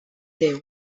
déu